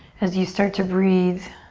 as you start to breathe.